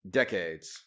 decades